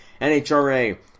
NHRA